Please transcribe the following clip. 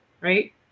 Right